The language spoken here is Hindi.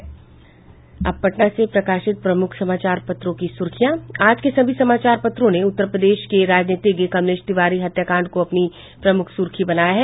अब पटना से प्रकाशित प्रमुख समाचार पत्रों की सुर्खियां आज के सभी समाचार पत्रों ने उत्तर प्रदेश के राजनीतिज्ञ कमलेश तिवारी हत्याकांड को अपनी प्रमुख सुर्खी बनाया है